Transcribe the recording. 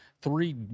three